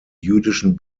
jüdischen